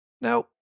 Now